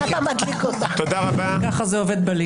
ככה זה עובד בליכוד היום.